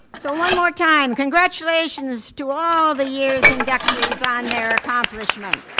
so one more time, congratulations to all the years inductees on their accomplishments.